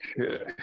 Okay